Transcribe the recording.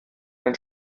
den